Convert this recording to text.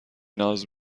ناز